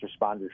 responders